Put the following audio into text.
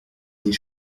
des